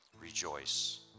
rejoice